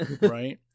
Right